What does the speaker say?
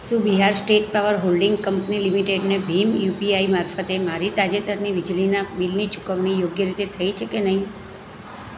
શું Bihar state power holding company લિમિટેડને ભીમ યુપીઆઈ મારફતે પર મારી તાજેતરની વીજળીના બિલની ચૂકવણી યોગ્ય રીતે થઈ છે કે નહીં